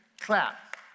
clap